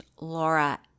Laura